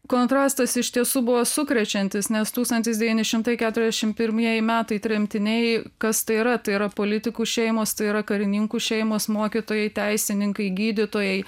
kontrastas iš tiesų buvo sukrečiantis nes tūkstantis devyni šimtai keturiasdešim pirmieji metai tremtiniai kas tai yra tai yra politikų šeimos tai yra karininkų šeimos mokytojai teisininkai gydytojai